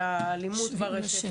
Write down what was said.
של האלימות ברשת.